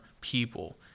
people